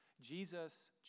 Jesus